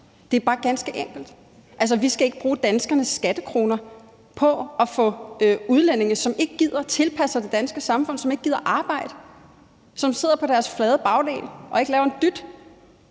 Det er bare ganske enkelt. Vi skal ikke bruge danskernes skattekroner på at få udlændinge, som ikke gider tilpasse sig det danske samfund, som ikke gider arbejde, og som sidder på deres flade bagdel og ikke laver en dyt,